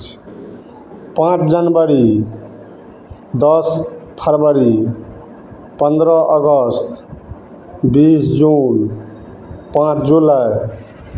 पाँच जनबरी दश फरबरी पन्द्रह अगस्त बीस जून पाँच जुलाइ